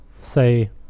say